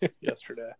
yesterday